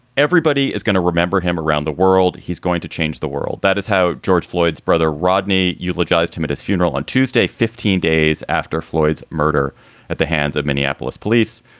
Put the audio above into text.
everybody is going to remember him around the world. he's going to change the world. that is how george floyds brother rodney eulogized him at his funeral on tuesday, fifteen days after floyds murder at the hands of minneapolis police.